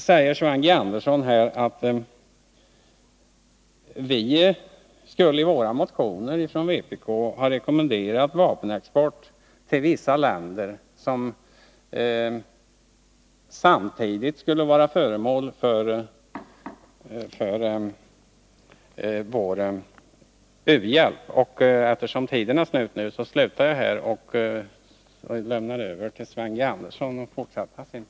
Sven G. Andersson säger att vi i våra motioner från vpk skulle ha rekommenderat vapenexport till vissa länder som samtidigt skulle vara föremål för vår u-hjälp. Eftersom min taletid nu är ute slutar jag mitt inlägg här och lämnar över åt Sven G. Andersson att fortsätta sin plädering.